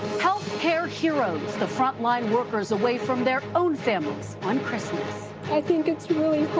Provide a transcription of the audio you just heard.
health care heroes, the frontline workers away from their own families on christmas. i think it's really